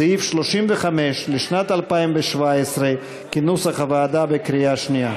סעיף 35 לשנת 2017, כנוסח הוועדה, בקריאה שנייה.